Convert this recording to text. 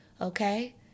okay